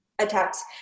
attacks